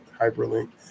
hyperlink